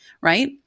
Right